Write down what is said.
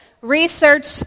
research